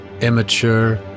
immature